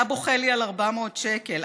אתה בוכה לי על 400 שקל.